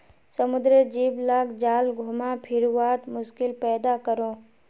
समुद्रेर जीव लाक जाल घुमा फिरवात मुश्किल पैदा करोह